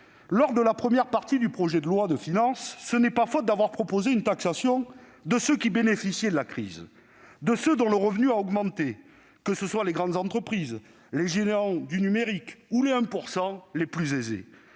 de la première partie du projet de loi de finances, ce n'est pas faute d'avoir proposé de taxer ceux qui bénéficiaient de la crise et de ceux dont le revenu a augmenté, qu'il s'agisse des grandes entreprises, des géants du numérique ou des 1 % de nos